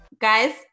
Guys